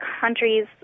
countries